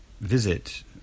visit